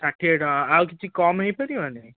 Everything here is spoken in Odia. ଷାଠିଏ ଟଙ୍କା ଆଉ କିଛି କମ୍ ହେଇପାରିବନି